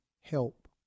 help